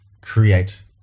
create